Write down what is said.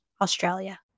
Australia